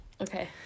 Okay